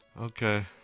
Okay